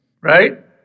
right